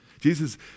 Jesus